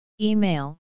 Email